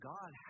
God